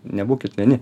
nebūkit vieni